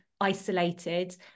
isolated